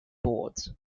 boards